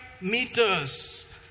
meters